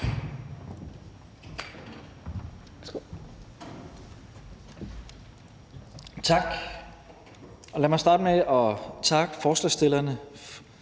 Tak. Lad mig starte med at takke forslagsstillerne,